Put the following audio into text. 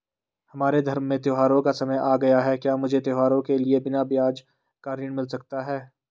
हमारे धर्म में त्योंहारो का समय आ गया है क्या मुझे त्योहारों के लिए बिना ब्याज का ऋण मिल सकता है?